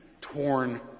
torn